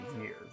years